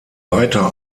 weiter